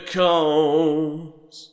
comes